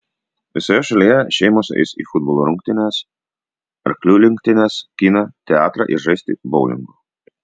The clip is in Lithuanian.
visoje šalyje šeimos eis į futbolo rungtynes arklių lenktynes kiną teatrą ir žaisti boulingo